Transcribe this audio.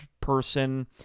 person